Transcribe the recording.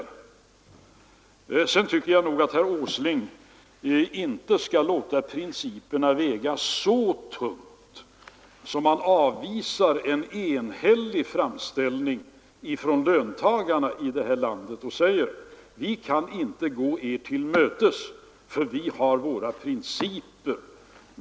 Till herr Åsling vill jag säga att jag inte tycker att man skall låta principerna väga så tungt att man avvisar en enhällig framställning från löntagarna här i landet med att säga: Vi kan inte gå er till mötes, för vi har våra principer.